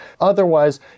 Otherwise